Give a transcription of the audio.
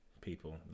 people